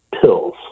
pills